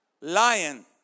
lion